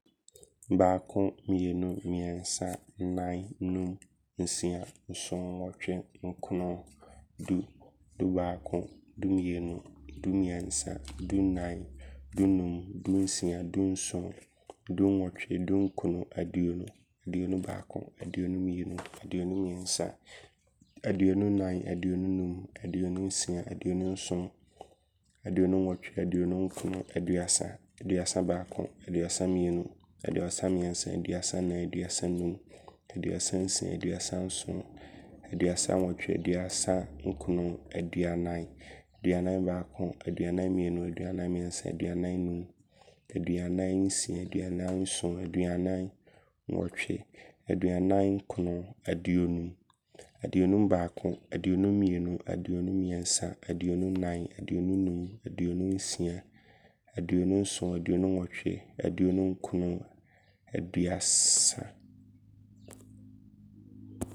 Baako Mmienu Mmeɛnsa Nnan Num Nsia Nson Nwɔtwe Nkron Du Du baako Du mmienu Du mmeɛnsa Du nnan Du num Du nsia Du nson Du nwɔtwe Du nkron Aduonu Aduonu baako Aduonu mmienu Aduonu mmeɛnsa Aduonu nnan Aduonu num Aduonu nsia Aduonu nson Aduonu nwɔtwe Aduonu nkron Aduasa Aduasa baako Aduasa mmienu Aduasa mmeɛnsa Aduasa nnan Aduasa num Aduasa nsia Aduasa nson Aduasa nwɔtwe Aduasa nkron Aduanan Aduanan baako Aduanan mmienu Aduanan mmeɛnsa Aduanan nnan Aduanan num Aduanan nsia Aduanan nson Aduanan nwɔtwe Aduanan nkron Aduonum Aduonum baako Aduonum mmienu Aduonum mmeɛnsa Aduonum nnan Aduonum nsia Aduonum nson Aduonum nwɔtwe Aduonum nkron Aduasa